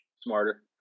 Smarter